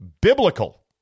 biblical